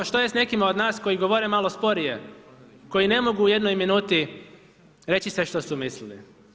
Što je sa nekima od nas koji govore malo sporije, koji ne mogu u jednoj minuti reći sve što su mislili?